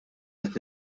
qed